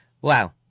Wow